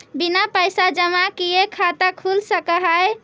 बिना पैसा जमा किए खाता खुल सक है?